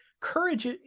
courage